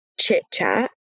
chit-chat